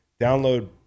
Download